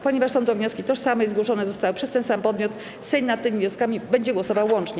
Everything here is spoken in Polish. Ponieważ są to wnioski tożsame i zgłoszone zostały przez ten sam podmiot, Sejm nad tymi wnioskami będzie głosował łącznie.